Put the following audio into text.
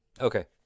Okay